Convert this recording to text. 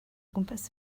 gwmpas